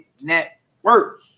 network